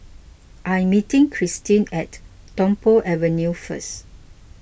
I'm meeting Kristine at Tung Po Avenue first